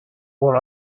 but